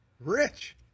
Rich